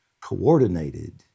coordinated